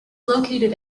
located